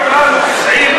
יריב,